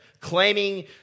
claiming